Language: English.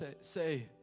say